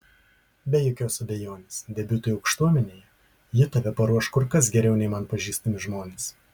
be jokios abejonės debiutui aukštuomenėje ji tave paruoš kur kas geriau nei man pažįstami žmonės